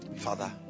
Father